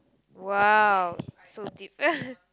!wow! so deep